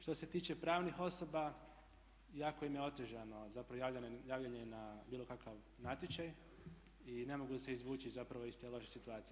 Što se tiče pravnih osoba, jako im je otežano zapravo javljanje na bilo kakav natječaj i ne mogu se izvući zapravo iz te loše situacije.